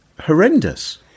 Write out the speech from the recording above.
horrendous